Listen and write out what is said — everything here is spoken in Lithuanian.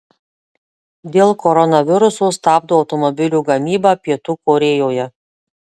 dėl koronaviruso stabdo automobilių gamybą pietų korėjoje